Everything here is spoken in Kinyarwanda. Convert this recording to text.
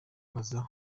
akaza